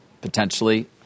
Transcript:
potentially